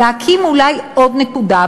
להקים אולי עוד נקודה,